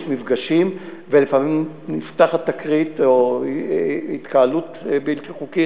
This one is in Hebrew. יש מפגשים ולפעמים נפתחת תקרית או התקהלות בלתי חוקית,